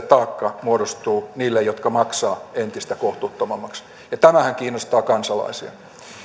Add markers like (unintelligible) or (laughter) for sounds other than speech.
(unintelligible) taakka muodostuu niille jotka maksavat entistä kohtuuttomammaksi ja tämähän kiinnostaa kansalaisia